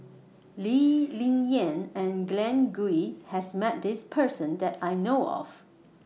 Lee Ling Yen and Glen Goei has Met This Person that I know of